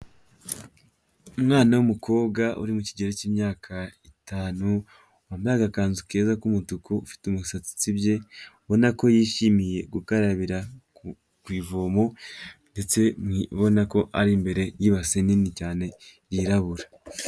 Umwana w'umukobwa uri mu kigero k'imyaka itanu wambaye agakanzu keza k'umutuku, ufite umusatsi utsibye ubona ko yishimiye gukarabira ku ivomo ndetse uibona ko ari imbere y'ibase nini cyane yirabura.